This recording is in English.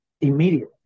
immediately